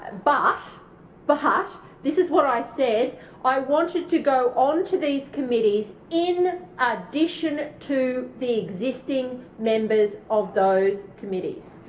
but but this is what i said i wanted to go onto these committees in addition to the existing members of those committees.